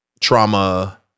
trauma